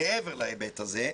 מעבר להיבט הזה,